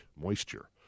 moisture